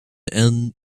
and